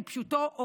כפשוטו,